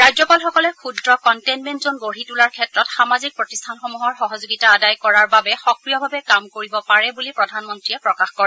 ৰাজ্যপালসকলে ক্ষুদ্ৰ containment zone গঢ়ি তোলাৰ ক্ষেত্ৰত সামাজিক প্ৰতিষ্ঠানসমূহৰ সহযোগিতা আদায় কৰাৰ বাবে সক্ৰিয়ভাৱে কাম কৰিব পাৰে বুলি প্ৰধানমন্ত্ৰীয়ে প্ৰকাশ কৰে